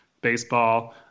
baseball